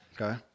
Okay